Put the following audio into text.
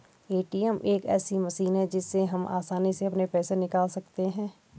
ATM एक ऐसी machine है जिससे हम आसानी से अपने पैसे निकाल सकते हैं